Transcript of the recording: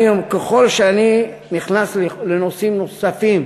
ככל שאני נכנס לנושאים נוספים